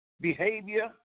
behavior